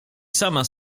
sama